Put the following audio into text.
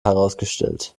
herausgestellt